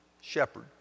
shepherd